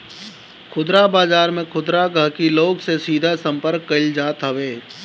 खुदरा बाजार में खुदरा गहकी लोग से सीधा संपर्क कईल जात हवे